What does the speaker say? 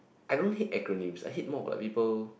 I don't hate acronyms I hate more when people